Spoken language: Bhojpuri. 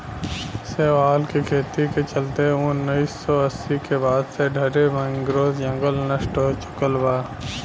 शैवाल के खेती के चलते उनऽइस सौ अस्सी के बाद से ढरे मैंग्रोव जंगल नष्ट हो चुकल बा